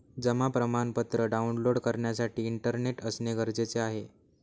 जमा प्रमाणपत्र डाऊनलोड करण्यासाठी इंटरनेट असणे गरजेचे आहे